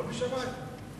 הכול משמים?